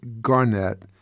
Garnett